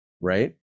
right